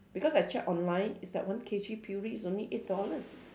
because I check online is like one K_G puree is only eight dollars